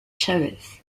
chavez